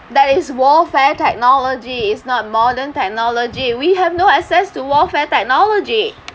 that is warfare technologies it's not modern technology we have no access to warfare technology